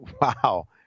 wow